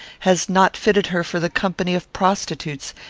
has not fitted her for the company of prostitutes,